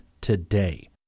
today